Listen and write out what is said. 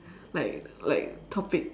like like topic